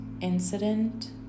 incident